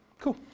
Cool